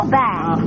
back